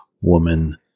woman